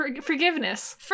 forgiveness